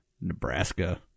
Nebraska